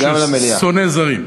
גם למליאה.